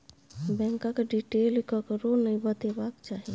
बैंकक डिटेल ककरो नहि बतेबाक चाही